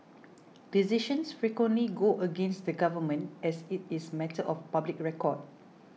decisions frequently go against the government as it is matter of public record